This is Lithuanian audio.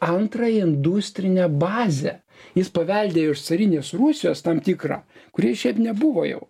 antrą industrinę bazę jis paveldėjo iš carinės rusijos tam tikrą kuri šiaip nebuvo jau